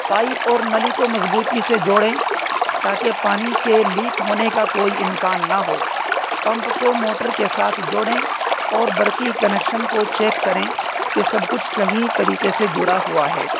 pipe اور نلی کو مضبوطی سے جوڑیں تاکہ پانی کے لیک ہونے کا کوئی امکان نہ ہو پمپ کو موٹر کے ساتھ جوڑیں اور برقی کنیکشن کو چیک کریں کہ سب کچھ صحیح طریقے سے جڑا ہوا ہے